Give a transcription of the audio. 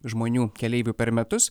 žmonių keleivių per metus